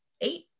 eight